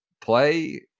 play